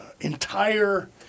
entire